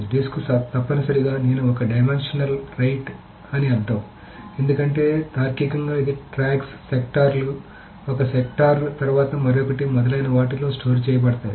disc తప్పనిసరిగా నేను ఒక డైమెన్షనల్ రైట్ అని అర్థం ఎందుకంటే తార్కికంగా ఇది ట్రాక్స్ సెక్టార్లు ఒక సెక్టార్ తర్వాత మరొకటి మొదలైన వాటిలో స్టోరేజ్ చేయబడుతుంది